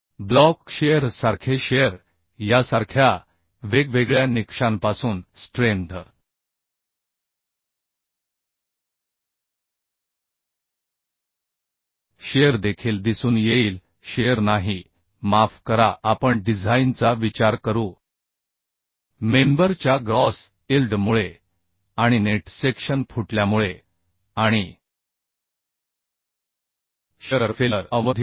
block shear सारखे shear यासारख्या वेगवेगळ्या निकषांपासून स्ट्रेंथ शिअर देखील दिसून येईल शिअर नाही माफ करा आपण डिझाइनचा विचार करू मेंबर च्या ग्रॉस इल्ड मुळे आणि नेट सेक्शन फुटल्यामुळे आणि शिअर फेल्युअर अवरोधित करा